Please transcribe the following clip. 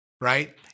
right